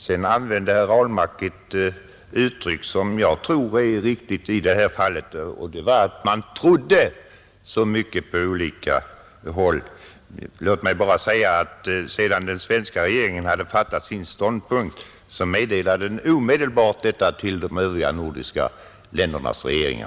Herr Ahlmark använde ett uttryck som jag tror är riktigt i det här fallet, och det var att man ”trodde” så mycket på olika håll, Låt mig bara säga att den svenska regeringen sedan den hade fattat sin ståndpunkt omedelbart meddelade detta till de övriga nordiska ländernas regeringar.